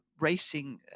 racing